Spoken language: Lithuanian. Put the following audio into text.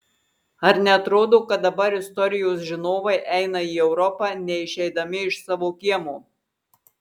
ar neatrodo kad dabar istorijos žinovai eina į europą neišeidami iš savo kiemo